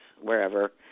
wherever